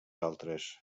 altres